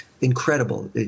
incredible